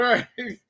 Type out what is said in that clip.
Right